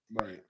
right